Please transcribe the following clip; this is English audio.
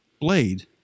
blade